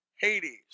Hades